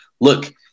look